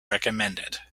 recommended